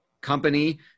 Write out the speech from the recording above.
company